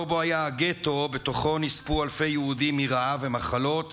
שבו היה הגטו שבתוכו נספו אלפי יהודים מרעב ומחלות